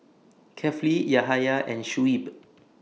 Kefli Yahaya and Shuib